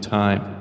time